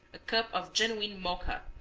a cup of genuine mocha.